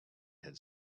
had